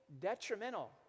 detrimental